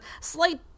slight